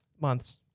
Months